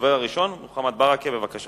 הדובר הראשון, חבר הכנסת